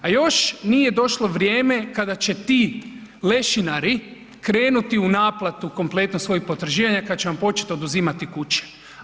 A još nije došlo vrijeme kada će ti lešinari krenuti u naplatu kompletno svojih potraživanja kada će vam početi oduzimati kuće.